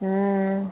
हुँ